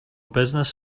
business